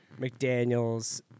McDaniels